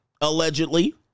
Allegedly